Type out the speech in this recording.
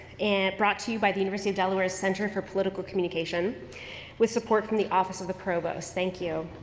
and, brought to you by the university of delaware center for political communication with support from the office of the provost. thank you.